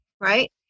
right